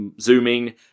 zooming